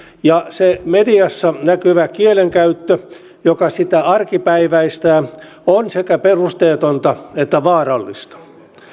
ja se mediassa näkyvä kielenkäyttö joka sitä arkipäiväistää on sekä perusteetonta että vaarallista